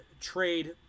trade